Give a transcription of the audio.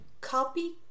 copy